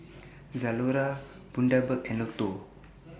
Zalora Bundaberg and Lotto